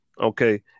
Okay